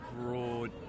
broad